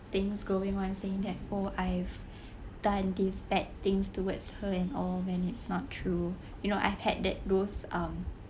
things go on saying that oh I've done these bad things towards her and all when it's not true you know I've had that those um